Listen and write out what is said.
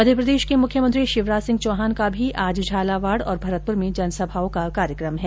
मध्यप्रदेश के मुख्यमंत्री शिवराज सिंह चौहान का भी आज झालावाड़ और भरतपूर में जनसभाओं का कार्यक्रम है